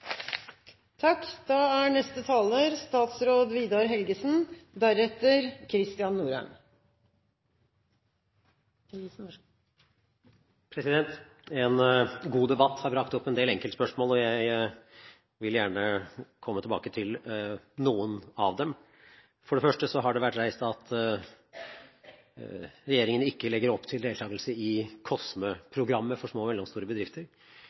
En god debatt har brakt opp en del enkeltspørsmål, og jeg vil gjerne komme tilbake til noen av dem. For det første har det vært tatt opp at regjeringen ikke legger opp til deltakelse i COSME-programmet for små og mellomstore bedrifter.